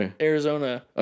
Arizona